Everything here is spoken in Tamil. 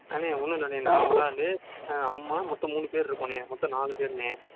அண்ணே ஒன்னுமில்லண்ணே நான் ஒரு ஆள் அம்மா மொத்தம் மூணு பேர் இருக்கோம்ண்ணே மொத்தம் நாலு பேருண்ணே